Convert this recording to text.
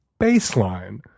baseline